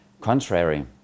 Contrary